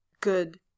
good